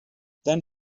then